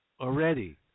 already